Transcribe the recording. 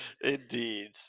Indeed